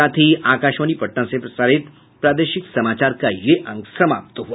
इसके साथ ही आकाशवाणी पटना से प्रसारित प्रादेशिक समाचार का ये अंक समाप्त हुआ